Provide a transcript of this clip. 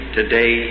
today